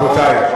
רבותי,